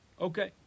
Okay